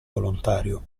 volontario